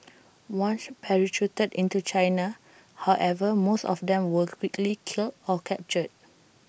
once parachuted into China however most of them were quickly killed or captured